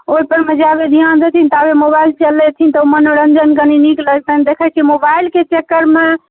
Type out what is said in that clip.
ओहि परमे जाबै ध्यान देथिन ताबै मोबाइल चलेथिन तऽ ओ मनोरञ्जन कनि नीक लगतनि देखैत छी मोबाइलके चक्करमे